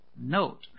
Note